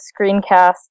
screencast